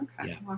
okay